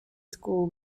school